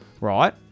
right